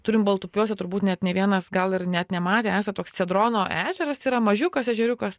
turim baltupiuose turbūt net ne vienas gal ir net nematė esat toks cedrono ežeras yra mažiukas ežeriukas